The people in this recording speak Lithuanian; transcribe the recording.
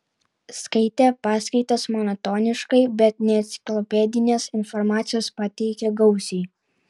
skaitė paskaitas monotoniškai bet neenciklopedinės informacijos pateikė gausiai